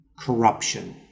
Corruption